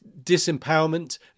disempowerment